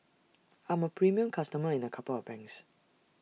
I'm A premium customer in A couple of banks